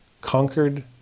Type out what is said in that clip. conquered